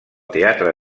teatre